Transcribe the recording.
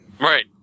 Right